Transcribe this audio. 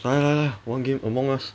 来来来玩 game among us